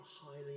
highly